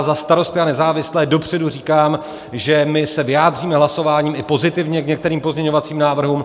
Za Starosty a nezávislé dopředu říkám, že my se vyjádříme hlasováním i pozitivně k některým pozměňovacím návrhům.